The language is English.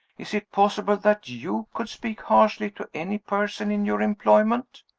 is it possible that you could speak harshly to any person in your employment?